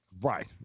Right